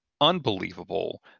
unbelievable